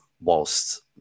whilst